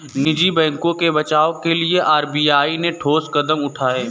निजी बैंकों के बचाव के लिए आर.बी.आई ने ठोस कदम उठाए